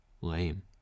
lame